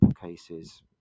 cases